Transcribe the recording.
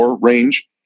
range